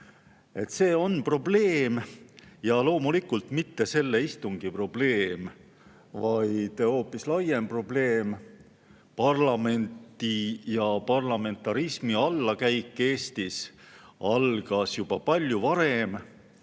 See on probleem ja loomulikult mitte selle istungi probleem, vaid hoopis laiem probleem. Parlamendi ja parlamentarismi allakäik Eestis algas juba palju varem